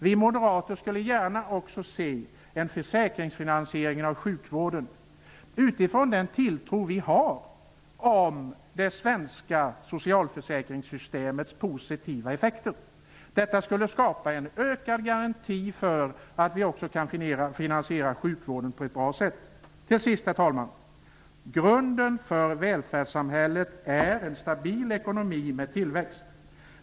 Vi moderater skulle gärna också se en försäkringsfinansering av sjukvården utifrån den tilltro vi har till det svenska socialförsäkringssystemets positiva effekter. Detta skulle skapa en ökad garanti för en finansiering av sjukvården på ett bra sätt. Till sist, herr talman, är grunden för välfärdssamhället en stabil ekonomi med tillväxt.